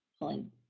pulling